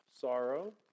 sorrow